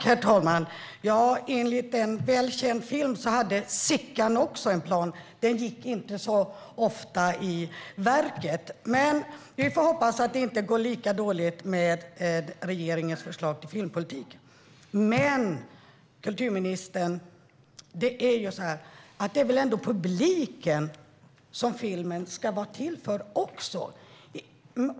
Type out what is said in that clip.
Herr talman! I en väl känd film hade Sickan också en plan. Den gick inte i lås särskilt ofta. Men vi hoppas att det inte kommer att gå lika dåligt för regeringens förslag till filmpolitik. Men, kulturministern, filmen ska väl ändå vara till för publiken.